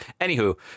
Anywho